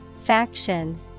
Faction